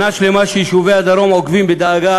שנה שלמה שיישובי הדרום עוקבים בדאגה